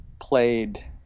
played